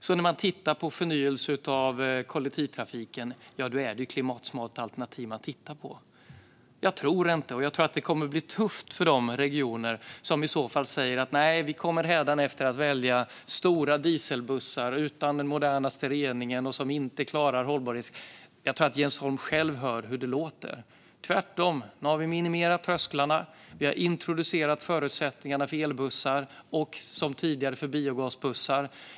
Jag är ganska övertygad om att man ute i landets regioner tittar på klimatsmarta alternativ när man tittar på förnyelse av kollektivtrafiken. Jag tror att det kommer att bli tufft för de regioner som säger att de hädanefter kommer att välja stora dieselbussar utan den modernaste reningen, som inte klarar kraven på hållbarhet. Jag tror att Jens Holm själv hör hur det låter. Tvärtom - nu har vi minimerat trösklarna samt introducerat förutsättningarna för elbussar och, tidigare, för biogasbussar.